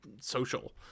social